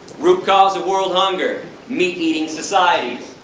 root cause of world hunger meat eating societies.